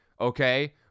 okay